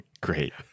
Great